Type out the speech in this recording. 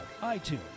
iTunes